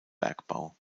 bergbau